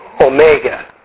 omega